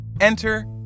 Enter